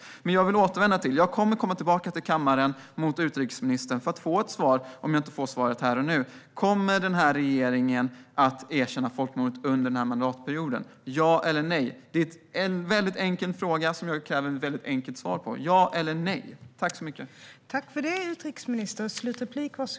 Jag kommer att återkomma i debatt med utrikesministern här i kammaren för att få ett svar om hon inte ger det här och nu: Kommer den här regeringen att erkänna folkmordet under den här mandatperioden, ja eller nej? Det är en väldigt enkel fråga som jag kräver ett enkelt svar på.